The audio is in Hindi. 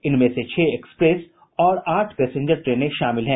इनमें से छह एक्सप्रेस और आठ पैंसेजर ट्रेनें शामिल हैं